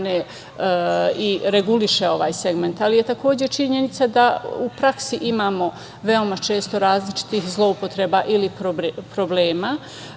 i reguliše ovaj segment. Ali je takođe činjenica da u praksi imamo veoma često različitih zloupotreba ili problema.